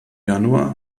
januar